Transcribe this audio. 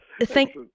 thank